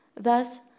Thus